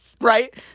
right